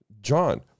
john